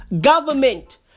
Government